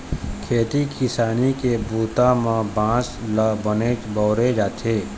खेती किसानी के बूता म बांस ल बनेच बउरे जाथे